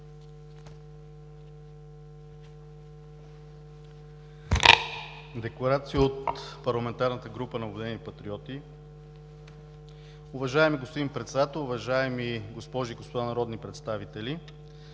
Декларация от парламентарната група на „Обединени патриоти“: „Уважаеми господин Председател, уважаеми госпожи и господа народни представители!